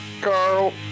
Carl